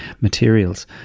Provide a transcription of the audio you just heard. materials